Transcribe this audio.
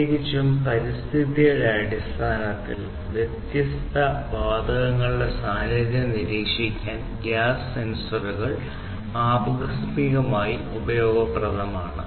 പ്രത്യേകിച്ചും പരിസ്ഥിതിയുടെ പശ്ചാത്തലത്തിൽ വ്യത്യസ്ത വാതകങ്ങളുടെ സാന്നിധ്യം നിരീക്ഷിക്കാൻ ഗ്യാസ് സെൻസറുകൾ ആകസ്മികമായി ഉപയോഗപ്രദമാണ്